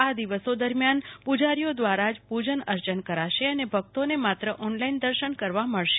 આ દિવસો દરમ્યાન પૂજારીઓ દ્વારા જ પૂજન અર્ચન કરાશે અને ભક્તોને માત્ર ઓનલાઇન દર્શન કરવા મળશે